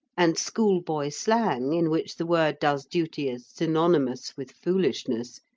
and schoolboy slang, in which the word does duty as synonymous with foolishness,